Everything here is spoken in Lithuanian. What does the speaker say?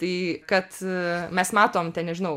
tai kad mes matom ten nežinau